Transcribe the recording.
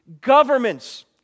Governments